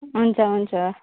हुन्छ हुन्छ